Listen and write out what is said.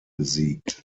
besiegt